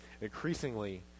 increasingly